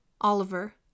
Oliver